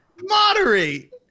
Moderate